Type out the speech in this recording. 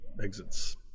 exits